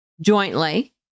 jointly